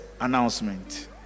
announcement